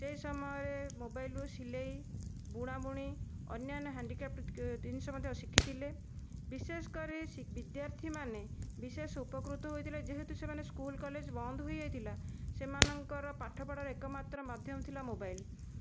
ସେହି ସମୟରେ ମୋବାଇଲରୁ ସିଲେଇ ବୁଣାବୁଣି ଅନ୍ୟାନ ହ୍ୟାଣ୍ଡିକ୍ୟାପ୍ଟ ଜିନିଷ ମଧ୍ୟ ଶିଖିଥିଲେ ବିଶେଷ କରି ବିଦ୍ୟାର୍ଥିମାନେ ବିଶେଷ ଉପକୃତ ହୋଇଥିଲେ ଯେହେତୁ ସେମାନେ ସ୍କୁଲ କଲେଜ ବନ୍ଦ ହୋଇଯାଇଥିଲା ସେମାନଙ୍କର ପାଠ ପଢ଼ାରେ ଏକମାତ୍ର ମାଧ୍ୟମ ଥିଲା ମୋବାଇଲ